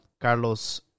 Carlos